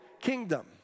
kingdom